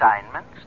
assignments